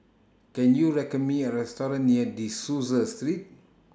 Can YOU Me A Restaurant near De Souza Street